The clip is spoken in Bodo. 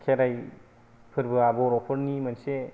खेराइ फोरबोआ बर'फोरनि मोनसे